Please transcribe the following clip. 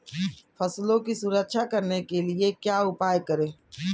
फसलों की सुरक्षा करने के लिए क्या उपाय करें?